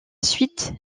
suite